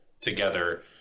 together